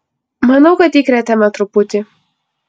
manau kad įkrėtėme truputį